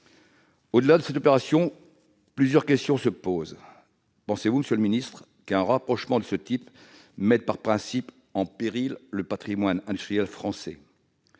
Au-delà de cette opération, plusieurs questions se posent. Estimez-vous, monsieur le ministre, qu'un rapprochement de ce type met par principe en péril le patrimoine industriel français ?